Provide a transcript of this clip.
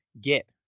get